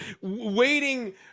waiting